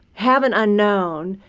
have an unknown,